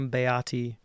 Beati